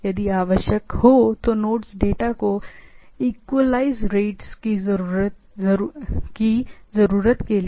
यदि आवश्यक हो तो नोड्स डेटा को बफर कर देते हैं इक्विलाइज रेट्स की जरूरत के लिए